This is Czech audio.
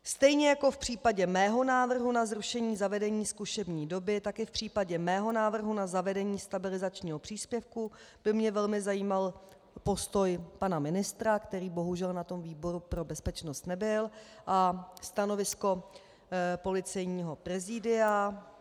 Stejně jako v případě mého návrhu na zrušení zavedení zkušební doby, tak i v případě mého návrhu na zavedení stabilizačního příspěvku by mě velmi zajímal postoj pana ministra, který bohužel na výboru pro bezpečnost nebyl, a stanovisko Policejního prezidia.